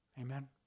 Amen